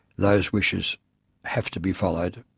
those wishes have to be followed.